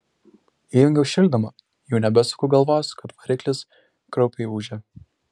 įjungiau šildymą jau nebesukau galvos kad variklis kraupiai ūžia